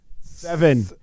Seven